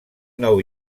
nou